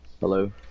Hello